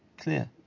clear